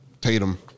Tatum